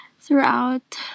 throughout